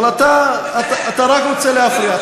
אבל אתה רק רוצה להפריע,